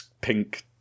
pink